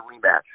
rematch